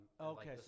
Okay